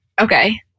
Okay